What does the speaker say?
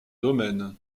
domaine